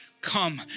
come